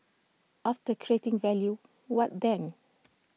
after creating value what then